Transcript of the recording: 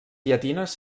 llatines